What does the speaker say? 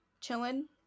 chilling